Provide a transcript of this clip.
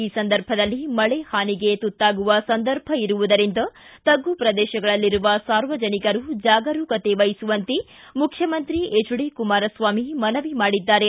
ಈ ಸಂದರ್ಭದಲ್ಲಿ ಮಳೆ ಹಾನಿಗೆ ತುತ್ತಾಗುವ ಸಂದರ್ಭ ಇರುವುದರಿಂದ ತಗ್ಗು ಪ್ರದೇಶಗಳಲ್ಲಿರುವ ಸಾರ್ವಜನಿಕರು ಜಾಗರುಕತೆ ವಹಿಸುವಂತೆ ಮುಖ್ಖಮಂತ್ರಿ ಹೆಚ್ ಡಿ ಕುಮಾರಸ್ವಾಮಿ ಮನವಿ ಮಾಡಿದ್ದಾರೆ